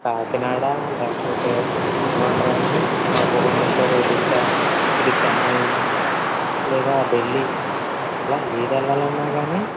కాకినాడ లేకపోతే ఏమంటారండి భువనేశ్వర్ ఒరిస్సా ఇటు చెన్నై లేదా ఢిల్లీ ఇలా ఏదెళ్ళాలన్నా కానీ